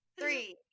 three